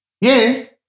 Yes